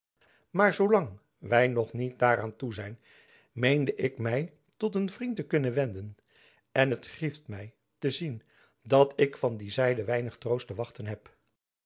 maar zoolang wy nog niet daaraan toe zijn meende ik my tot een vriend te kunnen wenden en het grieft my te zien dat ik van die zijde weinig troost te wachten heb